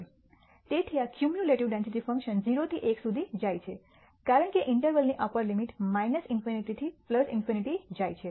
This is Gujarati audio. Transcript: તેથી આ ક્યુમ્યુલેટિવ ડેન્સિટી ફંક્શન 0 થી 1 સુધી જાય છે કારણ કે ઈન્ટરવલ ની અપર લિમિટ ∞ થી ∞ જાય છે